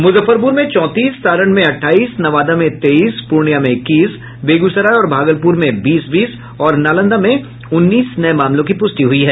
मुजफ्फरपुर में चौंतीस सारण में अठाईस नवादा में तेईस पूर्णिया में इक्कीस बेगूसराय और भागलपुर में बीस बीस और नालंदा में उन्नीस नये मामलों की पुष्टि हुई है